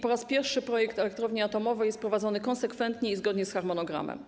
Po raz pierwszy projekt elektrowni atomowej jest prowadzony konsekwentnie i zgodnie z harmonogramem.